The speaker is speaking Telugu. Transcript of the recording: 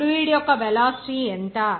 ఆ ఫ్లూయిడ్ యొక్క వెలాసిటీ ఎంత